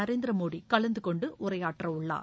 நரேந்திர மோடி கலந்து கொண்டு உரையாற்றவுள்ளார்